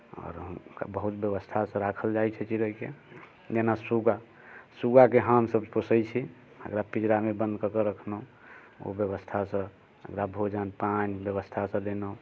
आओर हुनका बहुत व्यवस्थासँ राखल जाइत छै चिड़ैके जेना सुगा सुगाके हमसब पोसैत छी एकरा पिजरामे बन्द कऽ के रखलहुँ ओ व्यवस्थासँ ओकरा भोजन पानि व्यवस्थासँ देलहुँ